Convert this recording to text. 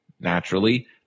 Naturally